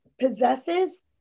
possesses